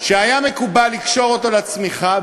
שהיה מקובל לקשור אותו לצמיחה,